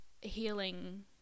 healing